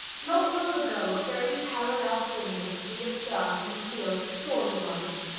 not long ago a very parallel thing was to be observed in the field of story-writing.